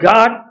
God